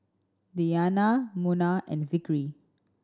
Diyana Munah and Zikri